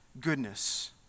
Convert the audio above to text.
goodness